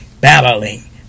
Battling